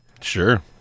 Sure